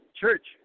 church